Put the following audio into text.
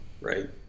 right